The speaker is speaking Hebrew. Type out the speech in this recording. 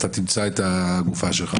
תמצא את הגופה שלך,